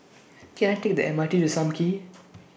Can I Take The M R T to SAM Kee